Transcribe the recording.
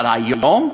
אבל היום,